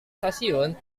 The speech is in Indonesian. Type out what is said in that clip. stasiun